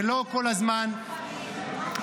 ולא כל הזמן --- קרעי,